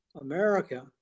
America